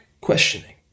questioning